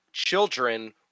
children